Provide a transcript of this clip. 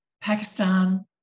Pakistan